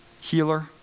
healer